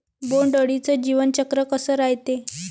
बोंड अळीचं जीवनचक्र कस रायते?